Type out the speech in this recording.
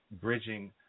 bridging